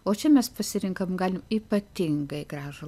o čia mes pasirenkam galim ypatingai gražų